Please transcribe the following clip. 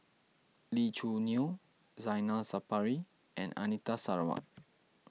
Lee Choo Neo Zainal Sapari and Anita Sarawak